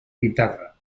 guitarra